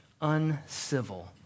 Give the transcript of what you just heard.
uncivil